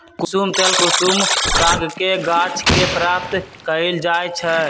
कुशुम तेल कुसुम सागके गाछ के प्राप्त कएल जाइ छइ